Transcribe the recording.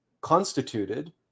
constituted